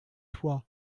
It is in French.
toi